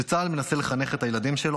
שצה"ל מנסה לחנך את הילדים שלו?